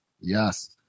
Yes